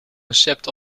recept